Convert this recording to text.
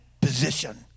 position